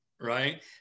right